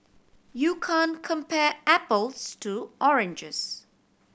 you can't compare apples to oranges